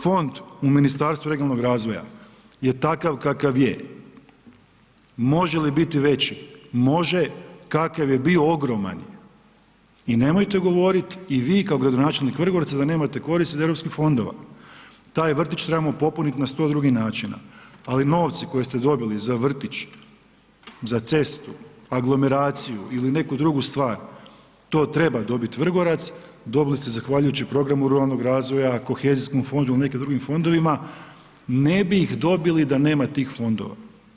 Fond u Ministarstvu regionalnog razvoja je takav kakav je, može li biti veći, može, kakav je bio ogroman i nemojte govorit i vi kao gradonačelnik Vrgorca da nemate korist od europskih fondova, taj vrtić trebamo popunit na 100 drugih načina ali novce koje ste dobili za vrtić, za cestu, aglomeraciju ili neku drugu stvar, to treba dobit Vrgorac, dobili ste zahvaljujući programu ruralnog razvoja, kohezijskog fonda ili nekim drugim fondovima, ne bi ih dobili da nema tih fondova.